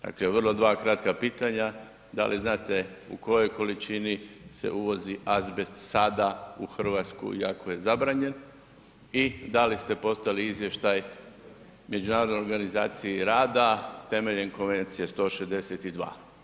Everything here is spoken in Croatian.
Dakle, vrlo dva kratka pitanja, da li znate u kojoj količini se uvozi azbest sada u RH iako je zabranjen i da li ste poslali izvještaj Međunarodnoj organizaciji rada temeljem Konvencije 162.